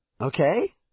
Okay